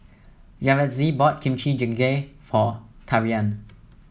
Yaretzi bought Kimchi Jjigae for Tavian